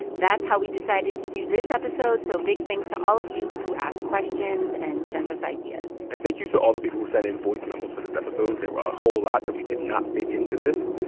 that's how we decided to do this episode. so big thanks to all of you who asked questions and sent us ideas and thank you to so all of the people who sent in voice memos for this episode. there were a whole lot that we could not fit into this.